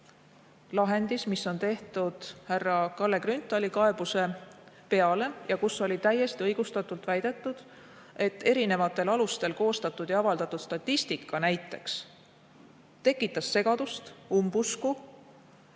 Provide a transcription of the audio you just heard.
lahendis, mis on tehtud härra Kalle Grünthali kaebuse peale ja kus oli täiesti õigustatult väidetud, et erinevatel alustel koostatud ja avaldatud statistika tekitas segadust ja umbusku.